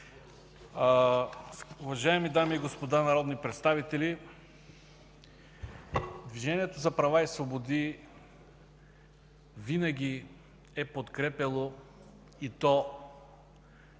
Движението за права и свободи винаги е подкрепяло и то